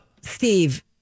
Steve